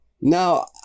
Now